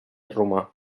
romà